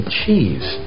cheese